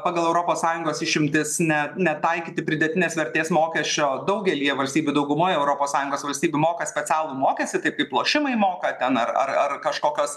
pagal europos sąjungos išimtis ne netaikyti pridėtinės vertės mokesčio daugelyje valstybių daugumoj europos sąjungos valstybių moka specialų mokestį taip kaip lošimai moka ten ar ar ar kažkokios